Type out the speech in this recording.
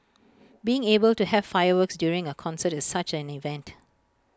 being able to have fireworks during A concert is such an event